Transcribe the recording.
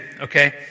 Okay